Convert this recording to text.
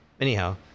anyhow